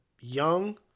young